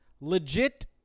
Legit